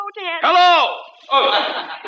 Hello